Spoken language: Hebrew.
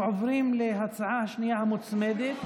אנחנו עוברים להצעה השנייה המוצמדת,